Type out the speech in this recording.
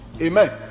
Amen